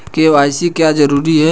KYC क्यों जरूरी है?